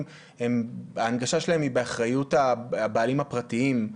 ההנגשה שלהם היא באחריות הבעלים הפרטיים,